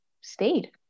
stayed